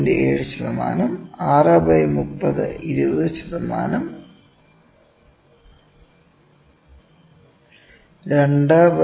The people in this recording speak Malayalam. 7 ശതമാനം 6 ബൈ 30 20 ശതമാനം 2 ബൈ 30 6